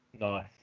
Nice